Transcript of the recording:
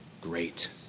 great